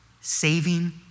saving